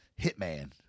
Hitman